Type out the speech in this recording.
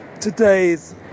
today's